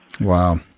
Wow